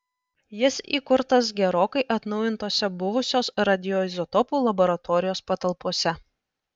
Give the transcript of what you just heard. jis įkurtas gerokai atnaujintose buvusios radioizotopų laboratorijos patalpose